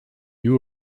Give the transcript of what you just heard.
you